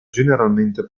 generalmente